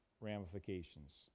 ramifications